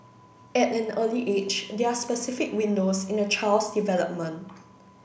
at an early age there are specific windows in a child's development